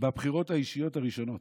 האישיות הראשונות.